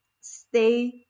stay